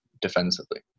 defensively